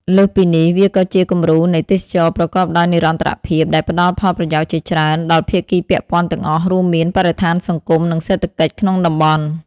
លើសពីនេះ វាក៏ជា គំរូនៃទេសចរណ៍ប្រកបដោយនិរន្តរភាព ដែលផ្តល់ ផលប្រយោជន៍ជាច្រើន ដល់ភាគីពាក់ព័ន្ធទាំងអស់ រួមមាន បរិស្ថាន សង្គម និងសេដ្ឋកិច្ចក្នុងតំបន់។